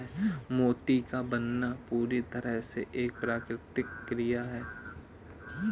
मोती का बनना पूरी तरह से एक प्राकृतिक प्रकिया है